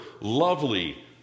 lovely